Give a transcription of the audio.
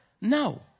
No